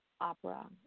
opera